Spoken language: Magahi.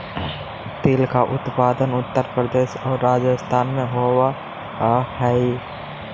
तिल का उत्पादन उत्तर प्रदेश और राजस्थान में होवअ हई